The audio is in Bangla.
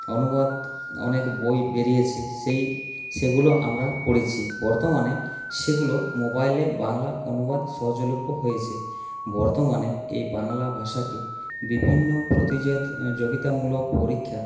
অনুবাদ অনেক বই বেরিয়েছে সেই সেগুলো আমরা পড়েছি বর্তমানে সেগুলো মোবাইলে বাংলা অনুবাদ সহজলভ্য হয়েছে বর্তমানে এই বাংলা ভাষাকে বিভিন্ন প্রতিযোদ যোগিতামূলক পরীক্ষা